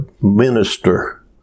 minister